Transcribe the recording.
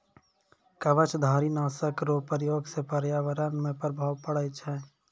कवचधारी नाशक रो प्रयोग से प्रर्यावरण मे प्रभाव पड़ै छै